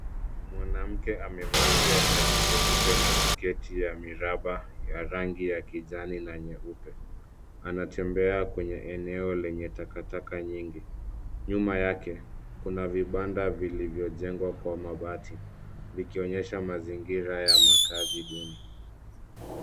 Mwanamke amevalia shati jeupe, na sketi ya miraba, yenye rangi ya kijani, na nyeupe. Anatembea kwenye eneo lenye takataka nyingi. Nyuma yake, kuna vibanda vilivyojengwa kwa mabati, vikionyesha mazingira ya makazi duni.